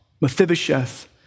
Mephibosheth